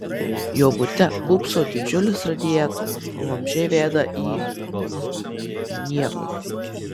jo bute pūpso didžiulis radiatorius o vamzdžiai veda į niekur